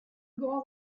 grands